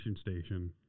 station